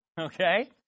Okay